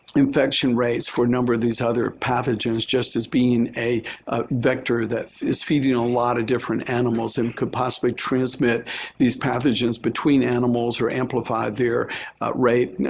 infection rates for number of these other pathogens just as being a vector that is feeding a lot of different animals and could possibly transmit these pathogens between animals or amplify their rate,